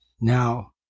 Now